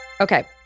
Okay